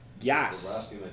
Yes